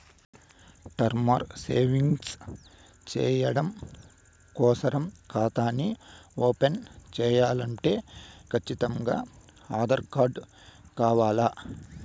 term savings చెయ్యడం కోసరం కాతాని ఓపన్ చేయాలంటే కచ్చితంగా ఆధార్ కార్డు కావాల్ల